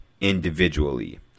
individually